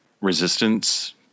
resistance